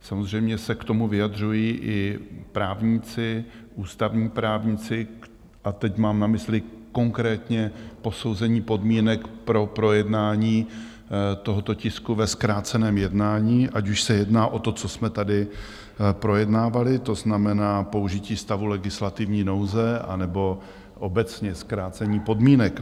samozřejmě se k tomu vyjadřují i právníci, ústavní právníci, a teď mám na mysli konkrétně posouzení podmínek pro projednání tohoto tisku ve zkráceném jednání, ať už se jedná o to, co jsme tady projednávali, to znamená použití stavu legislativní nouze, anebo obecně zkrácení podmínek.